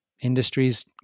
industries